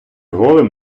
голим